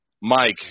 Mike